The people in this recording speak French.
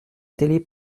télé